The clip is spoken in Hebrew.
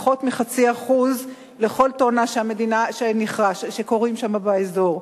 פחות מ-0.5% לכל טונה שכורים שם באזור.